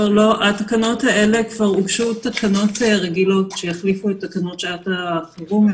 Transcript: התקנות האלה כבר הוגשו תקנות רגילות שיחליפו את תקנות שעת החירום.